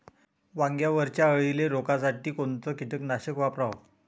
वांग्यावरच्या अळीले रोकासाठी कोनतं कीटकनाशक वापराव?